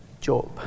Job